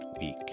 week